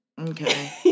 Okay